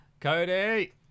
cody